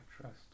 trust